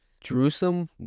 Jerusalem